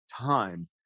time